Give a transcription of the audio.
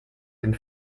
den